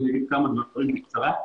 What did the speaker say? אני אגיד כמה דברים בקצרה.